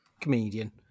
comedian